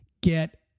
get